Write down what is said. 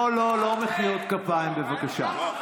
לא, לא מחיאות כפיים, בבקשה.